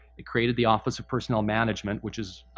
it created the office of personnel management which is,